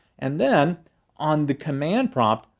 and then on the command prompt,